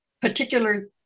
particular